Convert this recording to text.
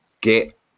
get